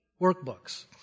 workbooks